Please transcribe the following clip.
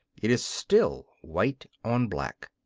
it is still white on black.